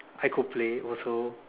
I could play also